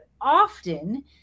often